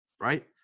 right